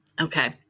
Okay